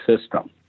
system